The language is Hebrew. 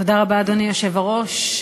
אדוני היושב-ראש,